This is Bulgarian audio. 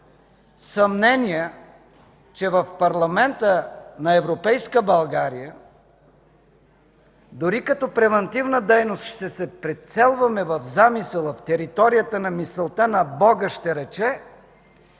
съмнения, че в парламента на европейска България, дори като превантивна дейност, ще се прицелваме в замисъла, в територията на мисълта на Бога, ще рече,